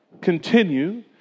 continue